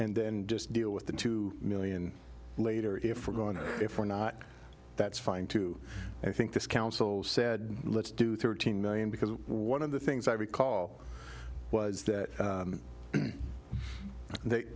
and then just deal with the two million later if we're going or if we're not that's fine too i think this council said let's do thirteen million because one of the things i recall was that the they